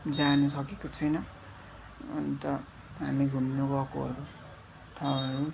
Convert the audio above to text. जानसकेको छुइनँ अन्त हामी घुम्नुगएकोहरू